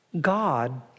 God